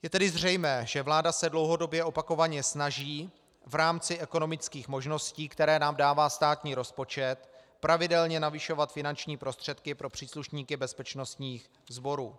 Je tedy zřejmé, že vláda se dlouhodobě opakovaně snaží v rámci ekonomických možností, které nám dává státní rozpočet, pravidelně navyšovat finanční prostředky pro příslušníky bezpečnostních sborů.